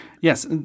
Yes